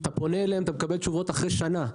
אתה פונה אליהם ומקבל תשובות אחרי שנה,